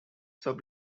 sub